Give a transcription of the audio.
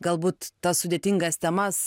galbūt tas sudėtingas temas